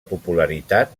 popularitat